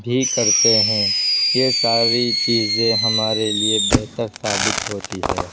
بھی کرتے ہیں یہ ساری چیزیں ہمارے لیے بہتر ثابت ہوتی ہیں